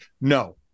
no